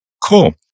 Cool